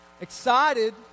excited